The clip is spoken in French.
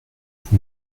vous